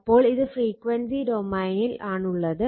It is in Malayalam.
അപ്പോൾ ഇത് ഫ്രീക്വൻസി ഡൊമൈനിലാണുള്ളത്